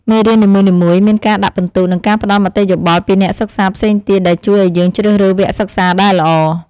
មេរៀននីមួយៗមានការដាក់ពិន្ទុ និងការផ្តល់មតិយោបល់ពីអ្នកសិក្សាផ្សេងទៀតដែលជួយឱ្យយើងជ្រើសរើសវគ្គសិក្សាដែលល្អ។